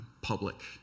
public